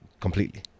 completely